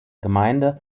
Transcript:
gemeinde